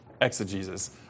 exegesis